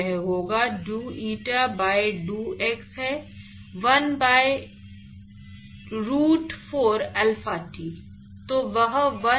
वह होगा dou eta by dou x हैं 1 बाय रूट 4 अल्फा t